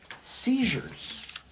seizures